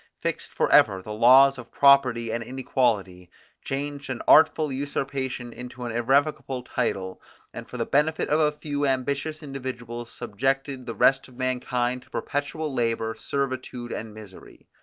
fixed for ever the laws of property and inequality changed an artful usurpation into an irrevocable title and for the benefit of a few ambitious individuals subjected the rest of mankind to perpetual labour, servitude, and misery.